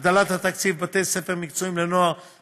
הגדלת התקציב לבתי ספר מקצועיים לנוער